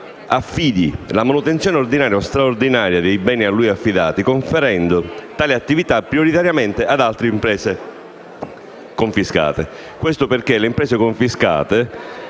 assicuri la manutenzione ordinaria o straordinaria dei beni a lui affidati conferendo tali attività prioritariamente ad altre imprese confiscate. Ciò perché le imprese confiscate